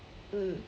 mm